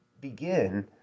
begin